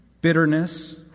bitterness